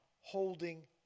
holding